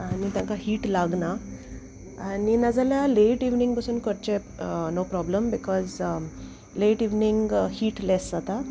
आनी तांकां हीट लागना आनी नाजाल्या लेट इवनींग बसून करचें no problem because late evening heat less जाता